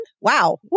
Wow